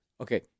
Okay